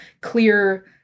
clear